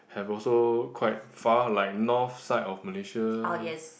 have also quite far like North side of Malaysia